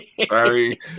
Sorry